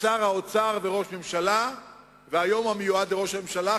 שר האוצר וראש הממשלה והיום המיועד לראש ממשלה,